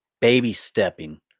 baby-stepping